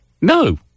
No